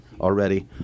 already